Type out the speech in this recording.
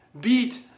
beat